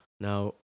Now